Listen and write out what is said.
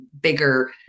bigger